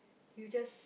you just